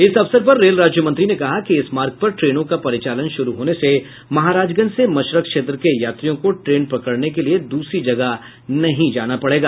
इस अवसर पर रेल राज्य मंत्री ने कहा कि इस मार्ग पर ट्रेनों का परिचालन शुरू होने से महाराजगंज से मसरख क्षेत्र के यात्रियों को ट्रेन पकड़ने के लिए दूसरी जगह नहीं जाना पड़ेगा